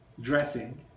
dressing